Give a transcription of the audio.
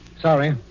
Sorry